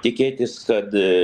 tikėtis kad